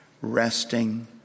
resting